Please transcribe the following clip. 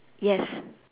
yes